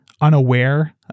unaware